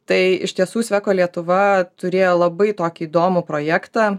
tai iš tiesų sweco lietuva turėjo labai tokį įdomų projektą